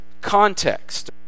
context